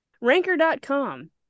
ranker.com